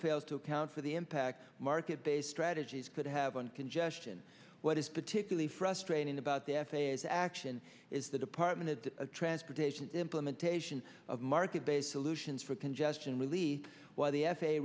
fails to account for the impact market based strategies could have on congestion what is particularly frustrating about the f a a is action is the department of the transportation implementation of market based solutions for congestion relief while the f